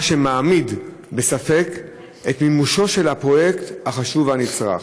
מה שמעמיד בספק את מימושו של הפרויקט החשוב והנצרך.